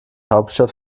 hauptstadt